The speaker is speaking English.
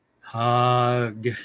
Hug